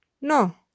No